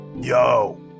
Yo